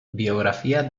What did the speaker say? biografía